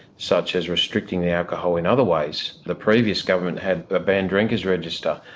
such as restricting the alcohol in other ways. the previous government had a banned drinkers register.